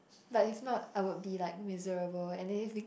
but if not I would be like miserable and then if it